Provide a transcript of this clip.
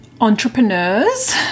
entrepreneurs